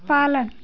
पालन